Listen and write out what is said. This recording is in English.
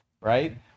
right